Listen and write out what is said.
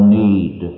need